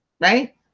right